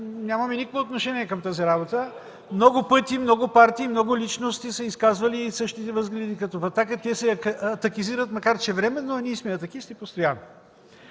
нямаме никакво отношение към тази работа. Много пъти много партии, много личности са изказвали същите възгледи като „Атака”. Те се „атакизират”, макар че това е временно, а ние сме атакисти постоянно.